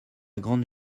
grande